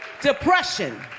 Depression